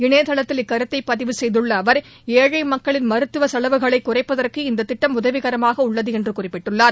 இணையதளத்தில் இக்கருத்தைபதிவு செய்துள்ளஅவர் ஏழைமக்களின் மருத்துவசெலவுகளைகுறைப்பதற்கு இந்ததிட்டம் உதவிகரமாகஉள்ளதுஎன்றுகுறிப்பிட்டுள்ளார்